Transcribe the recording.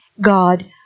God